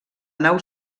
nau